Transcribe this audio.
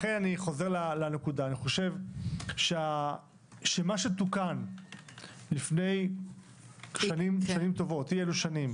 לכן אני חוזר לנקודה: אני חושב שמה שתוקן לפני אי אלו שנים,